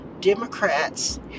Democrats